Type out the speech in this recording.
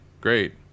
great